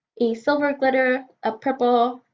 a silver glitter, a purple,